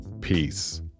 Peace